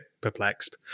perplexed